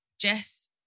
Jess